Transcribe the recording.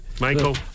Michael